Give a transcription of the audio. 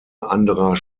anderer